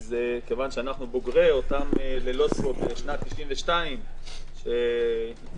כיוון שאנו בוגרי אותם לילות פה בשנת 92' שהתנהלו